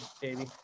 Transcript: baby